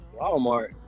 Walmart